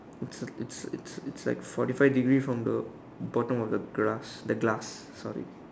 it's a it's a it's a it's like forty five degree from the bottom of the glass the glass sorry